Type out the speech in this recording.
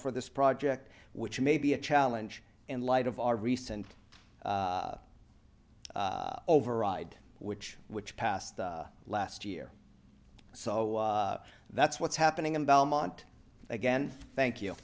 for this project which may be a challenge in light of our recent override which which passed last year so that's what's happening in belmont again thank you